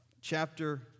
chapter